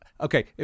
okay